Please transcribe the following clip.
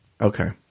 okay